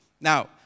Now